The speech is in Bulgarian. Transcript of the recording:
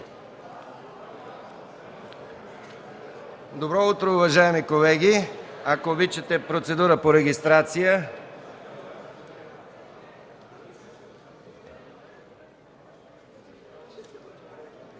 Добро утро, уважаеми колеги. Ако обичате, процедура по регистрация.